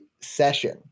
session